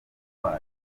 rwayo